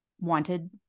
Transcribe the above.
wanted